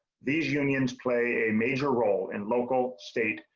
these unions play a major role and local, state,